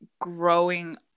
growing